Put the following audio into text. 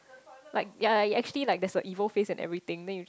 like yea yea yea actually like there is a evil face and everything then you just